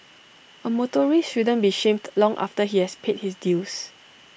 A motorist shouldn't be shamed long after he has paid his dues